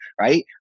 right